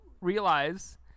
realize